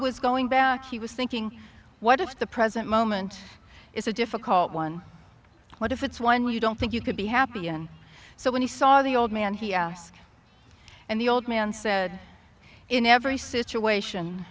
was going back he was thinking what if the present moment is a difficult one what if it's one where you don't think you could be happy and so when he saw the old man he asked and the old man said in every situation